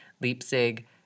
Leipzig